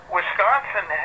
Wisconsin